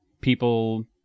People